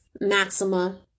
Maxima